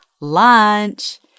Lunch